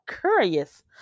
curious